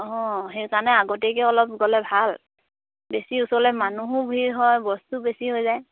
অঁ সেইকাৰণে আগতীয়াকৈ অলপ গ'লে ভাল বেছি ওচৰলৈ মানুহো ভিৰ হয় বস্তুও বেছি হৈ যায়